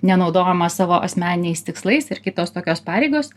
nenaudojimas savo asmeniniais tikslais ir kitos tokios pareigos